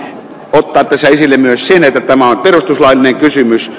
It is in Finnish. mutta se esille myös sen että maan perustuslaillinen kysymys